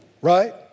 Right